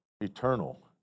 eternal